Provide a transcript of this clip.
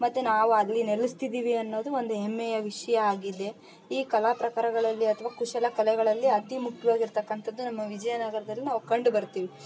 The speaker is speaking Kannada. ಮತ್ತು ನಾವು ಅಲ್ಲಿ ನೆಲಸ್ತಿದ್ದೀವಿ ಅನ್ನೋದು ಒಂದು ಹೆಮ್ಮೆಯ ವಿಷಯ ಆಗಿದೆ ಈ ಕಲಾ ಪ್ರಕಾರಗಳಲ್ಲಿ ಅಥ್ವ ಕುಶಲ ಕಲೆಗಳಲ್ಲಿ ಅತಿ ಮುಕ್ವಾಗಿರ್ತಕ್ಕಂಥದ್ದು ನಮ್ಮ ವಿಜಯನಗರದಲ್ಲಿ ನಾವು ಕಂಡು ಬರುತ್ತಿವಿ